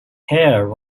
hair